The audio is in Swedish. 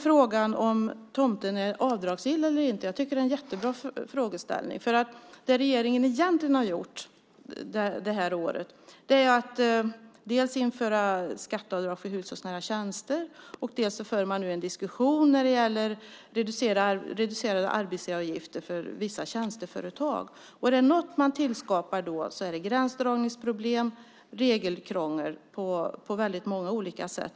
Frågan om tomten är avdragsgill eller inte är en jättebra frågeställning. Det regeringen har gjort detta år är dels att införa skatteavdrag för hushållsnära tjänster, dels att föra en diskussion när det gäller reducerade arbetsgivaravgifter för vissa tjänsteföretag. Om det är något som man då skapar så är det gränsdragningsproblem och regelkrångel på många olika sätt.